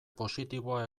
positiboa